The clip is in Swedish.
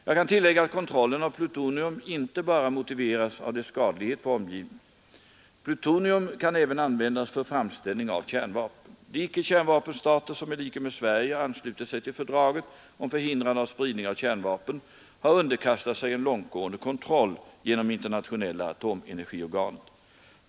Jag kan tillägga att kontrollen av plutonium inte bara motiveras av dess skadlighet för omgivningen. Plutonium kan även användas för framställning av kärnvapen. De icke-kärnvapenstater, som i likhet med Sverige anslutit sig till fördraget om förhindrande av spridning av kärnvapen, har underkastat sig en långtgående kontroll genom Internationella atomenergiorganet.